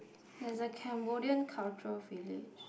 there's a Cambodian cultural village